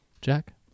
Jack